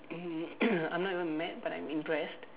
mm I'm not even mad but I'm impressed